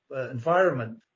environment